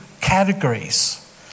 categories